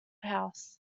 house